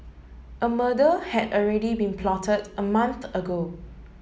a murder had already been plotted a month ago